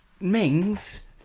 Mings